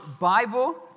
Bible